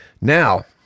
Now